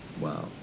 Wow